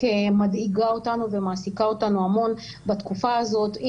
מדאיגה אותנו ומעסיקה אותנו המון בתקופה הזאת.